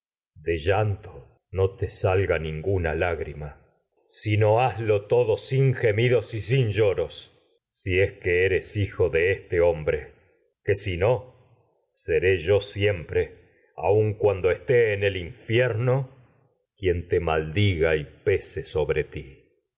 de llanto todo sin te salga ninguna lágrima sino hazlo gemidos que y sin lloros si es que eres aun hijo de este cuando esté hombre pn si no seré yo siempre el ipfierno quien te maldiga y pese sobre ti